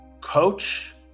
Coach